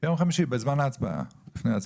חמישי לפני ההצבעה.